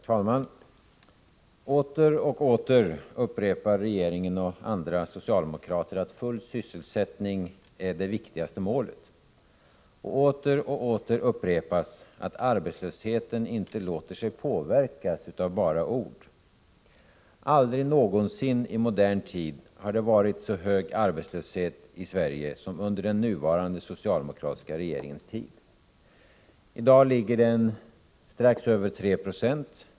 Herr talman! Åter och åter upprepar regeringen och andra socialdemokrater att full sysselsättning är det viktigaste målet. Och åter och åter upprepas att arbetslösheten inte låter sig påverkas av bara ord. Aldrig någonsin i modern tid har det varit så hög arbetslöshet i Sverige som under den nuvarande socialdemokratiska regeringens tid. I dag ligger den strax över 3 20.